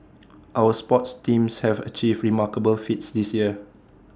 our sports teams have achieved remarkable feats this year